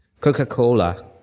coca-cola